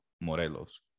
Morelos